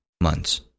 months